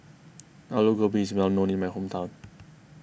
Alu Gobi is well known in my hometown